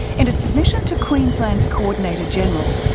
in a submission to queensland's coordinator general,